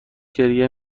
گریه